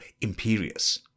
imperious